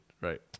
right